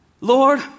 Lord